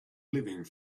living